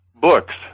books